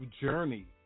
journey